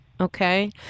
okay